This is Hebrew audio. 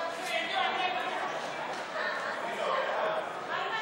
(תיקון מס'